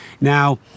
now